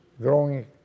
growing